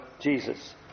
Jesus